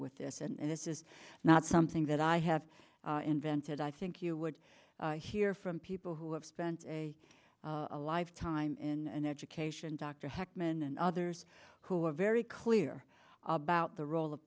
with this and this is not something that i have invented i think you would hear from people who have spent a lifetime in education dr heckman and others who are very clear about the role of